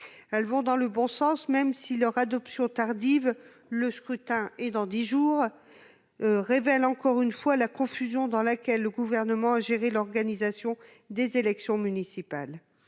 Elles vont dans le bon sens, même si leur adoption tardive- le scrutin aura lieu dans dix jours ... -révèle encore une fois la confusion dans laquelle le Gouvernement a géré l'organisation des élections municipales.